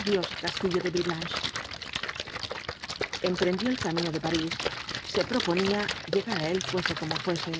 adiós castillo de villeblanche emprendió el camino de parís se proponía llegar á él fuese como fuese